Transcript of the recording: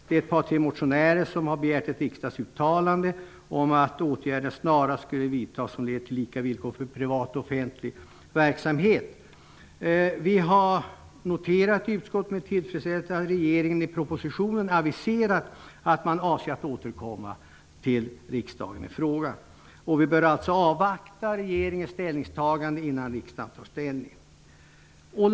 Det är ett par tre motionärer som har begärt ett riksdagsuttalande om att åtgärder som leder till lika villkor för privat och offentlig verksamhet snarast skall vidtas. I utskottet har vi noterat med tillfredsställelse att regeringen i propositionen aviserat att man avser att återkomma till riksdagen i frågan. Vi bör alltså avvakta regeringens ställningstagande innan riksdagen tar ställning.